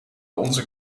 onze